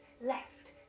left